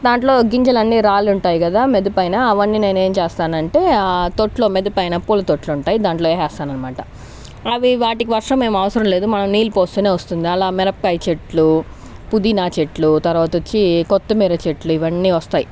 దాంట్లో గింజలు అన్ని రాలి ఉంటాయి కదా మిద్దిపైన అవన్నీ నేను ఏం చేస్తానంటే తొట్లో మిద్ది పైన పూల తొట్లు ఉంటాయి దాంట్లో వేసేస్తాను అనమాట అవి వాటికి వర్షం ఏం అవసరం లేదు మనం నీళ్లు పోస్తేనే వస్తుంది అలా మిరపకాయ చెట్లు పుదీనా చెట్లు తర్వాత వచ్చి కొత్తిమీర చెట్లు ఇవన్నీ వస్తాయి